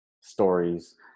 stories